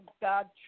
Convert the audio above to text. God